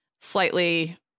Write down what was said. slightly